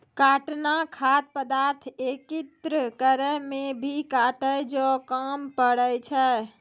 काटना खाद्य पदार्थ एकत्रित करै मे भी काटै जो काम पड़ै छै